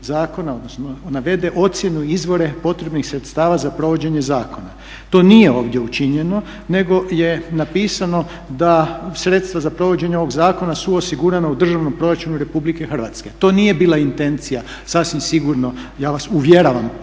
odnosno navedene ocjenu, izvore potrebnih sredstava za provođenje zakona. To nije ovdje učinjeno nego je napisano da sredstva za provođenje ovoga zakona su osigurana u državnom proračunu RH. to nije bila intencija sasvim sigurno ja vas uvjeravam